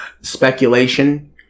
speculation